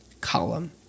column